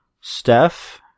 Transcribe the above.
Steph